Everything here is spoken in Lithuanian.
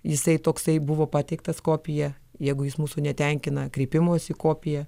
jisai toksai buvo pateiktas kopiją jeigu jis mūsų netenkina kreipimosi kopiją